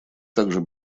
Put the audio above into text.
также